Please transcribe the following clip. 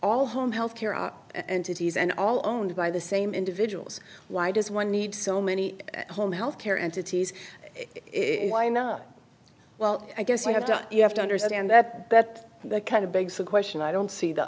all home healthcare and cities and all owned by the same individuals why does one need so many home health care entities if why not well i guess i have to you have to understand that that kind of begs the question i don't see the